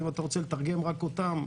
אם אתה רוצה לתרגם רק אותם.